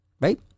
Right